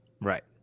Right